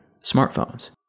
smartphones